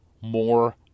more